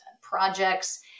projects